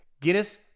Guinness